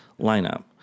lineup